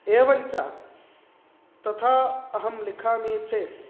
एवं च तथा अहं लिखामि चेत्